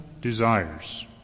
desires